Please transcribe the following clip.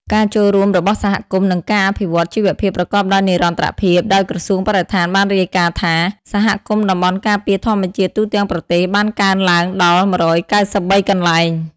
ការចូលរួមរបស់សហគមន៍ និងការអភិវឌ្ឍជីវភាពប្រកបដោយនិរន្តរភាព ដោយក្រសួងបរិស្ថានបានរាយការណ៍ថា សហគមន៍តំបន់ការពារធម្មជាតិទូទាំងប្រទេសបានកើនឡើងដល់ ១៩៣ កន្លែង។